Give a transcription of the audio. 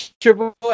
Triple